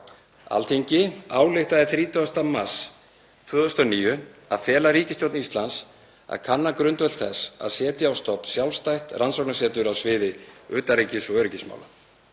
Alþingi ályktaði 30. mars 2009 að fela ríkisstjórn Íslands að kanna grundvöll þess að setja á stofn sjálfstætt rannsóknasetur á sviði utanríkis- og öryggismála.